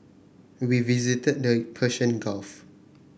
we visited the Persian Gulf